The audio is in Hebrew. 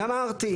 גמרתי,